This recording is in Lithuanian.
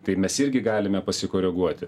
tai mes irgi galime pasikoreguoti